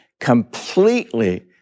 completely